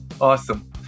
Awesome